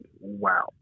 Wow